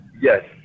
Yes